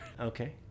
Okay